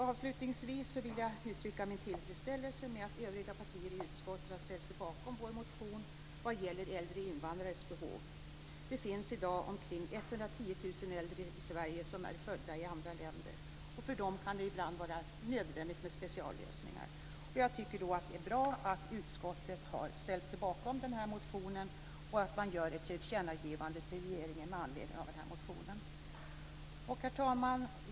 Avslutningsvis vill jag uttrycka min tillfredsställelse över att övriga partier i utskottet har ställt sig bakom vår motion vad gäller äldre invandrares behov. Det finns i dag omkring 110 000 äldre i Sverige som är födda i andra länder. För dem kan det ibland vara nödvändigt med speciallösningar. Jag tycker att det är bra att utskottet har ställt sig bakom den här motionen och gör ett tillkännagivande till regeringen med anledning av den. Herr talman!